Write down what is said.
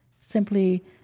simply